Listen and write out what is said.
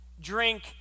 Drink